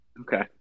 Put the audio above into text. Okay